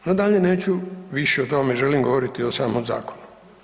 A dalje neću više o tome, želim govoriti o samom zakonu.